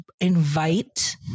invite